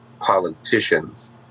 politicians